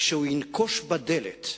כשהוא ינקוש בדלת,